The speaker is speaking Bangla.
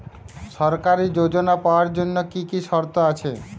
সরকারী যোজনা পাওয়ার জন্য কি কি শর্ত আছে?